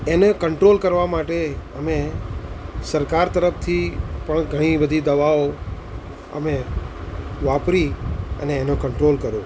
એને કંટ્રોલ કરવા માટે અમે સરકાર તરફથી પણ ઘણી બધી દવાઓ અમે વાપરી અને એનો કંટ્રોલ કર્યો